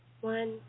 one